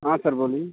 हाँ सर बोलिए